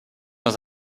dans